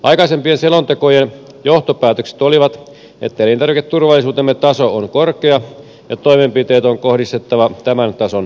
aikaisempien selontekojen johtopäätökset olivat että elintarviketurvallisuutemme taso on korkea ja toimenpiteet on kohdistettava tämän tason ylläpitämiseksi